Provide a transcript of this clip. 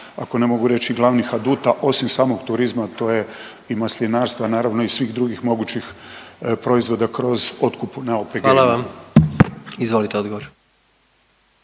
ako ne mogu reći glavnih aduta, osim samog turizma, a to je i maslinarstva naravno i svih drugih mogućih proizvoda kroz otkup na OPG-ima. **Jandroković,